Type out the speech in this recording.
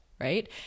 Right